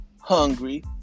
hungry